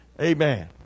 Amen